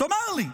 תאמר לי.